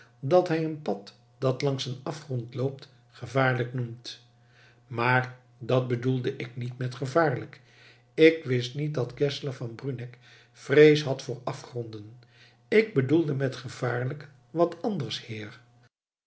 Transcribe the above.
dat hij een pad dat langs een afgrond loopt gevaarlijk noemt maar dat bedoelde ik niet met gevaarlijk ik wist niet dat geszler van bruneck vrees had voor afgronden ik bedoelde met gevaarlijk wat anders heer